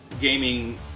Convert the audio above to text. gaming